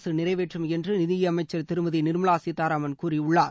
அரசு நிறைவேற்றும் என்று நிதி அமைச்சர் திருமதி நிர்மலா சீத்தாரமன் கூறியுள்ளார்